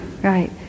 right